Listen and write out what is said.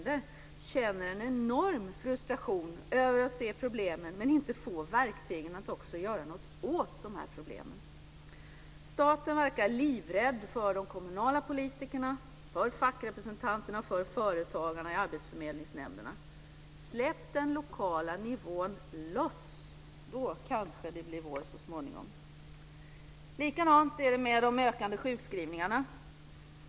Staten verkar livrädd för de kommunala politikerna, för fackrepresentanterna och för företagarna i arbetsförmedlingsnämnderna. Släpp den lokala nivån loss - då kanske det blir vår så småningom! Likadant är det med de ökande sjukskrivningarna.